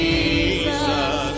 Jesus